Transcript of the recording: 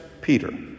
Peter